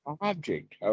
object